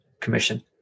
commission